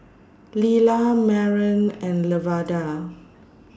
Lilah Maren and Lavada